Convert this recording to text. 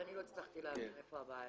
כי אני לא הצלחתי להבין איפה הבעיה.